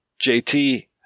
JT